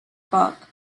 park